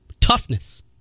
Toughness